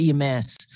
EMS